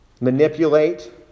manipulate